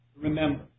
remember